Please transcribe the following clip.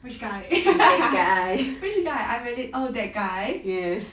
which guy which guy I'm really oh that guy